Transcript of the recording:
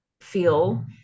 feel